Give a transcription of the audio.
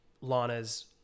Lana's